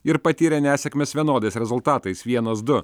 ir patyrė nesėkmes vienodais rezultatais vienas du